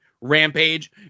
Rampage